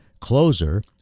closer